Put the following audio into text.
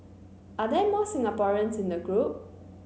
are there more Singaporeans in the group